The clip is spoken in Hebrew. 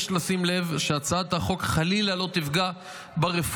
יש לשים לב שהצעת החוק חלילה לא תפגע ברפורמה